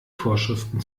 vorschriften